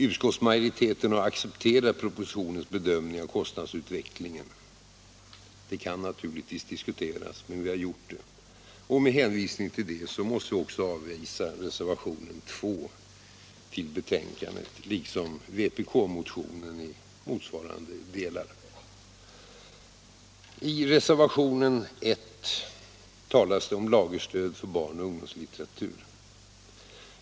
Utskottsmajoriteten har accepterat propositionens bedömning av kostnadsutvecklingen, vilken naturligtvis kan diskuteras. Utskottet avvisar dock reservationen 2 till betänkandet liksom vpk-motionen i motsvarande delar. I reservationen 1 talas det om lagerstöd för barnoch ungdomslitteratur.